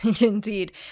Indeed